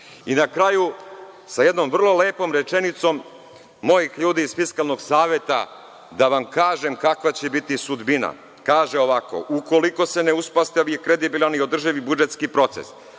kraju, sa jednom vrlo lepom rečenicom mojih ljudi iz Fiskalnog saveta, da vam kažem kakva će biti sudbina. Kaže ovako – ukoliko se ne uspostavi kredibilan i održivi budžetski proces,